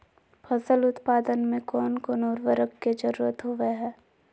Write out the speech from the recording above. फसल उत्पादन में कोन कोन उर्वरक के जरुरत होवय हैय?